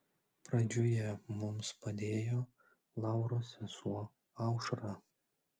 pradžioje mums padėjo lauros sesuo aušra